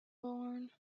born